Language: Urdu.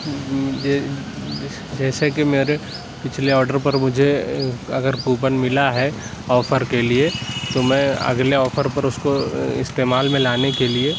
جی جیسے کہ میرے پچھلے آڈر پر مجھے اگر کوپن ملا ہے آفر کے لیے تو میں اگلے آفر پر اُس کو استعمال میں لانے کے لیے